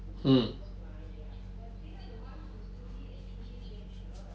mm